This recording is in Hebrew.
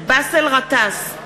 באסל גטאס,